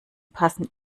passen